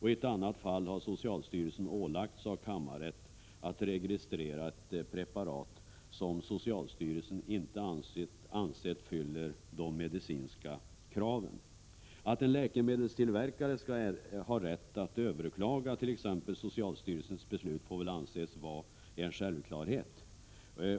I ett annat fall har socialstyrelsen av kammarrätten ålagts att registrera ett preparat som socialstyrelsen inte ansett fyller de medicinska kraven. Att en läkemedelstillverkare skall ha rätt att överklaga t.ex. socialstyrelsens beslut får väl anses vara en självklarhet.